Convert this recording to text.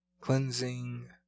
cleansing